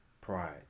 Pride